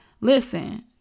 listen